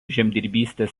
žemdirbystės